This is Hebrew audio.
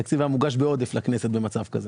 התקציב היה מוגש בעודף לכנסת במצב כזה